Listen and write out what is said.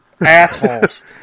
assholes